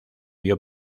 vio